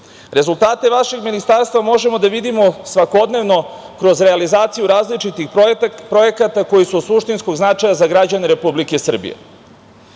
vašeg ministarstva možemo da vidimo svakodnevno kroz realizaciju različitih projekata koji su od suštinskog značaja za građane Republike Srbije